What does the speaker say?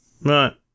Right